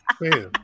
man